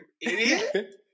idiot